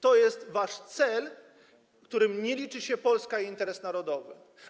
To jest wasz cel, w którym nie liczy się Polska i jej interes narodowy.